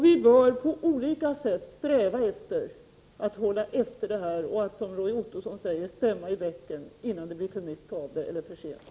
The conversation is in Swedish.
Vi bör på olika sätt sträva efter att hålla efter det här och att som Roy Ottosson säger stämma i bäcken innan det blir för mycket av det eller för sent.